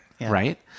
right